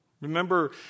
Remember